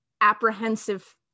apprehensive